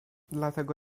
dlatego